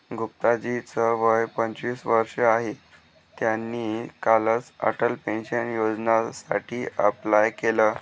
गुप्ता जी च वय पंचवीस वर्ष आहे, त्यांनी कालच अटल पेन्शन योजनेसाठी अप्लाय केलं